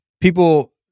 people